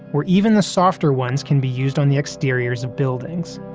where even the softer ones can be used on the exteriors of buildings.